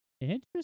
Interesting